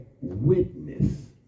witness